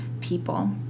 people